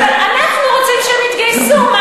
אבל אנחנו רוצים שהן יתגייסו.